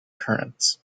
currents